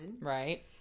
Right